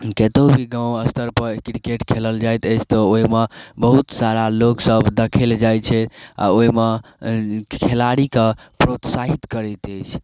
कतौ भी गाँव स्तरपर क्रिकेट खेलल जाइत अछि तऽ ओइमे बहुत सारा लोक सब देखैला जाइ छै आओर ओइमे खेलाड़ीके प्रोत्साहित करैत अछि